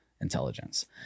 intelligence